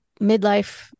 midlife